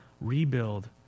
rebuild